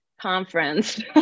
Conference